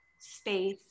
space